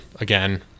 again